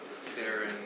Sarah